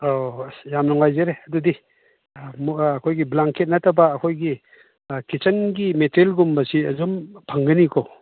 ꯑꯧ ꯑꯁ ꯌꯥꯝ ꯅꯨꯡꯉꯥꯏꯖꯔꯦ ꯑꯗꯨꯗꯤ ꯑꯩꯈꯣꯏꯒꯤ ꯕ꯭ꯂꯥꯡꯀꯦꯠ ꯅꯠꯇꯕ ꯑꯩꯈꯣꯏꯒꯤ ꯀꯤꯆꯟꯒꯤ ꯃꯦꯇꯔꯤꯌꯦꯜꯒꯨꯝꯕꯁꯤ ꯑꯗꯨꯝ ꯐꯪꯒꯅꯤꯀꯣ